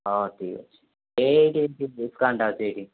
ହଉ ଠିକ୍ ଅଛି ଏଇଟି ଏଇଟି ଡିସ୍କାଉଣ୍ଟଟା ଅଛି ଏଇଠି